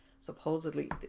supposedly